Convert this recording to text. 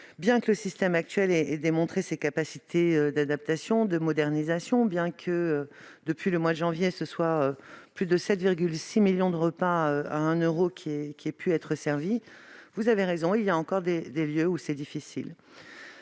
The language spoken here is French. Bien que le système actuel ait démontré ses capacités d'adaptation et de modernisation, bien que, depuis le mois de janvier, plus de 7,6 millions de repas à un euro aient été servis, vous avez raison, il y a encore des lieux où l'on rencontre